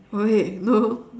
oh wait no